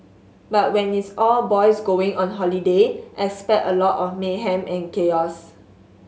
but when it's all boys going on holiday expect a lot of mayhem and chaos